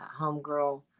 Homegirl